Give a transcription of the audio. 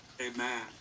Amen